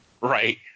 right